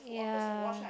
yeah